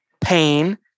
pain